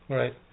right